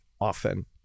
often